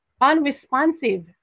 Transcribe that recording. unresponsive